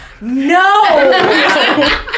No